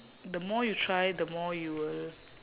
the more you try the more you will